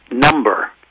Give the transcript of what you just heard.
number